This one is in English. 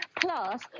Plus